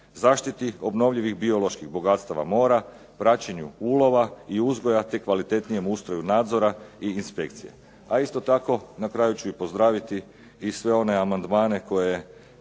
zaštiti obnovljivih bioloških bogatstava mora, praćenju uloga i uzgoja, te kvalitetnijem ustroju nadzora i inspekcije, a isto tako na kraju ću i pozdraviti i sve one amandmane koje